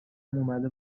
اومده